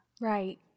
Right